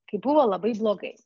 kai buvo labai blogai